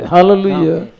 Hallelujah